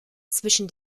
zwischen